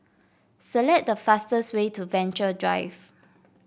select the fastest way to Venture Drive